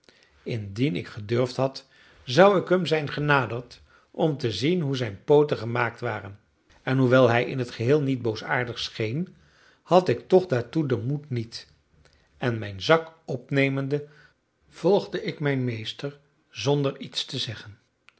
indien ik gedurfd had zou ik hem zijn genaderd om te zien hoe zijn pooten gemaakt waren en hoewel hij in het geheel niet boosaardig scheen had ik toch daartoe den moed niet en mijn zak opnemende volgde ik mijn meester zonder iets te zeggen